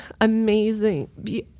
amazing